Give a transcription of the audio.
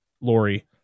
Lori